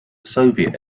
soviet